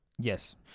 Yes